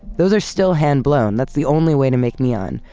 those are still hand-blown. that's the only way to make neon,